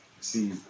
See